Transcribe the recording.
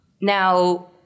Now